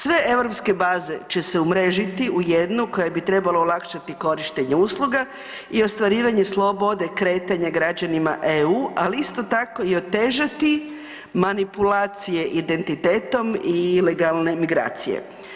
Sve europske baze će se umrežiti u jednu koja bi trebala olakšati korištenje usluga i ostvarivanje slobode kretanja građanima EU ali isto tako i otežati manipulacije identitetom i ilegalne migracije.